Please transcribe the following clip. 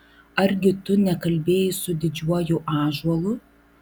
argi tu nekalbėjai su didžiuoju ąžuolu